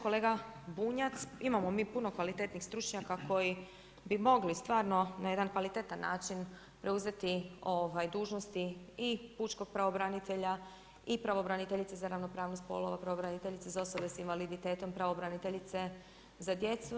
Kolega Bunjac, imamo mi puno kvalitetnih stručnjaka koji bi mogli stvarno na jedan kvalitetan način preuzeti dužnosti i pučkog pravobranitelja i pravobraniteljice za ravnopravnost spolova, pravobraniteljice za osobe sa invaliditetom, pravobraniteljice za djecu.